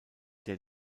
der